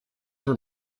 were